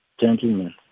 gentlemen